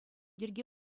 йӗрке